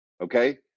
okay